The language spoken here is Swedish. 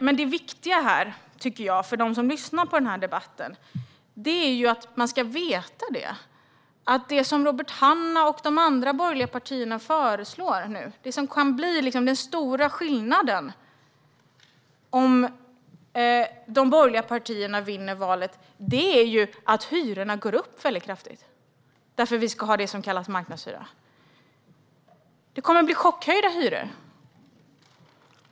Men det viktiga här, för dem som lyssnar på denna debatt, är att man ska veta att resultatet av det som Robert Hannah och de borgerliga partierna föreslår - det som kan bli den stora skillnaden om de borgerliga partierna vinner valet - är att hyrorna går upp väldigt kraftigt. Vi ska nämligen ha det som kallas marknadshyror. Hyrorna kommer att chockhöjas.